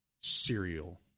cereal